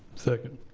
second.